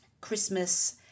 Christmas